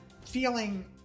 feeling